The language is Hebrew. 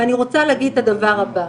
ואני רוצה להגיד את הדבר הבא.